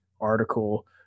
article